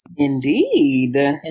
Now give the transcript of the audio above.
Indeed